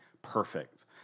perfect